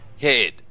head